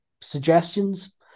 suggestions